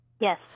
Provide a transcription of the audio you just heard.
Yes